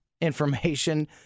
information